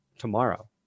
tomorrow